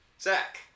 Zach